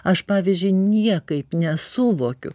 aš pavyzdžiui niekaip nesuvokiu